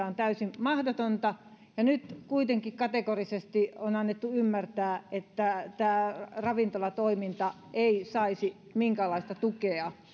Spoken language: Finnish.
on täysin mahdotonta nyt kuitenkin kategorisesti on annettu ymmärtää että tämä ravintolatoiminta ei saisi minkäänlaista tukea